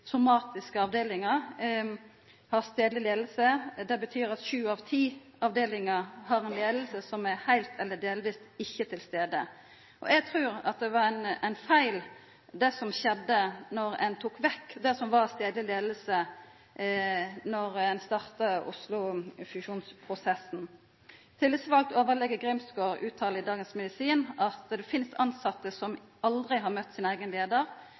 somatiske avdelingar har stadleg leiing. Det betyr at sju av ti avdelingar har ei leiing som heilt eller delvis ikkje er til stades. Eg trur det var ein feil det som skjedde då ein tok vekk det som var stadleg leiing, då ein starta fusjonsprosessen i Oslo. Tillitsvald overlege Grimsgaard uttalar i Dagens Medisin at det finst tilsette som aldri har møtt sin eigen